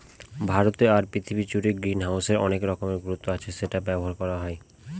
ভারতে আর পৃথিবী জুড়ে গ্রিনহাউসের অনেক রকমের গুরুত্ব আছে সেটা ব্যবহার করা হয়